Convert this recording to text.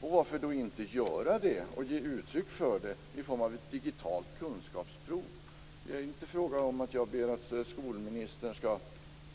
Varför inte göra det i form av ett digitalt kunskapsprov? Det är inte fråga om att jag begär att skolministern skall